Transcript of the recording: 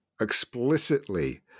explicitly